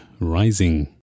rising